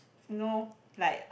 no like